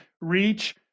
reach